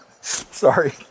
Sorry